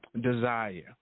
desire